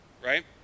right